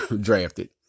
drafted